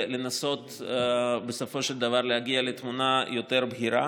ולנסות בסופו של דבר להגיע לתמונה יותר בהירה.